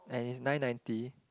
and it's nine ninety